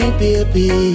baby